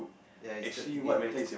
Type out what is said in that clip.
ya you start to gain weight